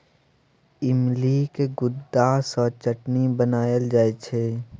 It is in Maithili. इमलीक गुद्दा सँ चटनी बनाएल जाइ छै